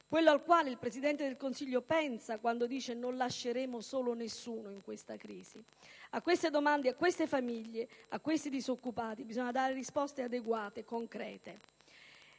quello al quale il Presidente del Consiglio pensa quando dice che non lasceremo solo nessuno in questa crisi? A queste domande, a queste famiglie, a questi disoccupati bisogna dare risposte adeguate e concrete